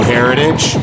Heritage